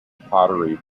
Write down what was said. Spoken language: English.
pottery